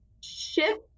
Shift